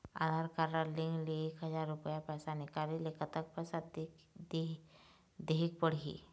आधार card link ले एक हजार रुपया पैसा निकाले ले कतक पैसा देहेक पड़ही?